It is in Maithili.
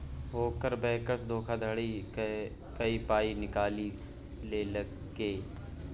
ओकर बैंकसँ धोखाधड़ी क कए पाय निकालि लेलकै